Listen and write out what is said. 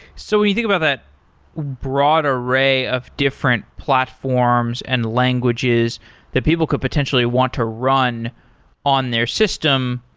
so when you think about that broad array of different platforms and languages that people could potentially want to run on their system,